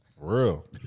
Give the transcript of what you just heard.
Real